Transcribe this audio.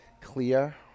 clear